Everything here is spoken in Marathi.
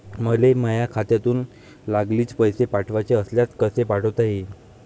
मले माह्या खात्यातून लागलीच पैसे पाठवाचे असल्यास कसे पाठोता यीन?